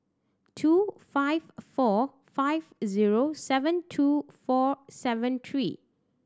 two five four five zero seven two four seven three